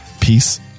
peace